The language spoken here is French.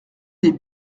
des